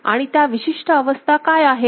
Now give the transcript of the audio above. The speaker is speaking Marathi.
आणि त्या विशिष्ट अवस्था काय आहेत